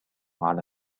على